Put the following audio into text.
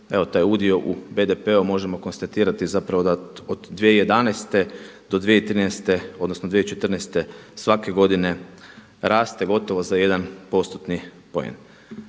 Evo taj udio u BDP-u možemo konstatirati zapravo da od 2011. do 2013. odnosno 2014. svake godine raste gotovo za jedan postotni poen.